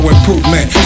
improvement